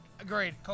Agreed